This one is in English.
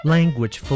Language